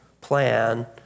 plan